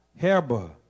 Herba